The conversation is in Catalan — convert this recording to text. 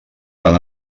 fan